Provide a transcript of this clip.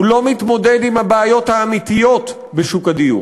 הוא לא מתמודד עם הבעיות האמיתיות בשוק הדיור.